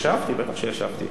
ישבתי, בטח שישבתי.